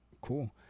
cool